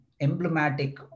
emblematic